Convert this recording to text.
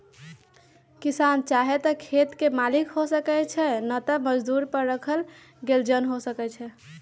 किसान चाहे त खेत के मालिक हो सकै छइ न त मजदुरी पर राखल गेल जन हो सकै छइ